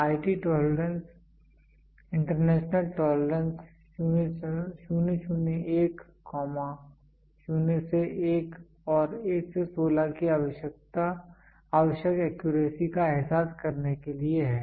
IT tolerance international tolerance 001 0 से 1 और 1 से 16 की आवश्यक एक्यूरेसी का एहसास करने के लिए है